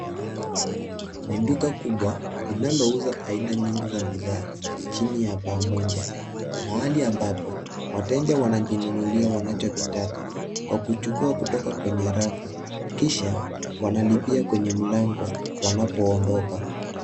Ni duka kubwa, linalouza aina nyingi za bidhaa, chini ya paa moja, mahali ambapo, wateja wanajinunulia wanachotaka kwa kuchukua kutoka kwenye rafu, kisha, wanalipia kwenye mlango, wanpoondoka.